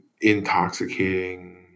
intoxicating